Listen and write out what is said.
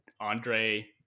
Andre